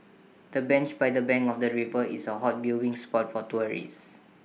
the bench by the bank of the river is A hot viewing spot for tourists